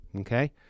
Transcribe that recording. okay